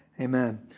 amen